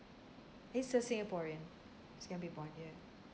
he's a singaporean he's gonna be born here